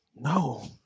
No